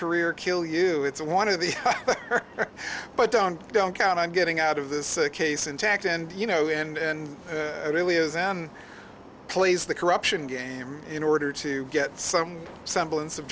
career or kill you it's one of the but down don't count i'm getting out of this case intact and you know and really is and plays the corruption game in order to get some semblance of